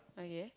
okay